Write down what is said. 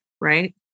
right